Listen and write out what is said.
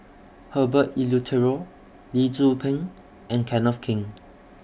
Herbert Eleuterio Lee Tzu Pheng and Kenneth Keng